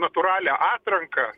natūralią atranką